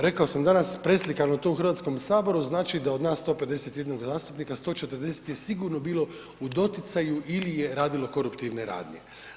Rekao sam dana preslikamo li to u Hrvatskom saboru znači da od nas 151 zastupnika 140 je sigurno bilo u doticaju ili je radilo koruptivne radnje.